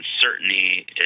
uncertainty